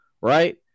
right